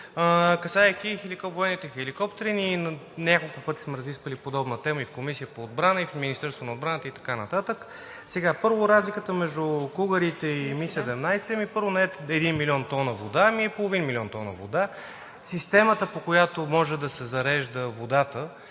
касаейки военните хеликоптери, ние няколко пъти сме разисквали подобна тема – и в Комисията по отбрана, в Министерството на отбраната, и така нататък. Най-напред, разликата между кугърите и Ми-17, първо, не е 1 млн. тона вода, а е 0,5 млн. тона вода. Системата, по която може да се зарежда водата,